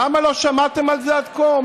למה לא שמעתם על זה עד כה?